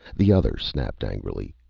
the other snapped angrily,